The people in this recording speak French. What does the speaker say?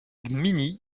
gminy